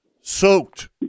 soaked